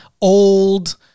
old